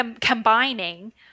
combining